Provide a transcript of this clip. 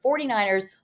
49ers